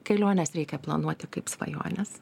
keliones reikia planuoti kaip svajones